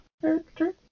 character